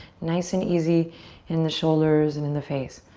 nice and easy in the shoulders and in the face.